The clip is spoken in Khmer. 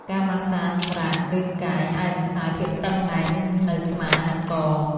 ការម៉ាស្សាសម្រាករាងកាយ អាចរំសាយភាពតឹងណែននៅស្មា និងក។